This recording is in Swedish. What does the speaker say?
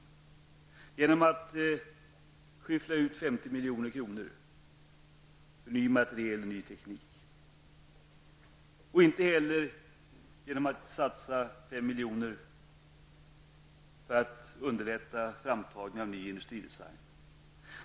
Det är inte tillräckligt att skyffla ut 50 milj.kr. för nytt material och ny teknik eller att satsa 5 milj.kr. för att underlätta framtagning av ny industridesign.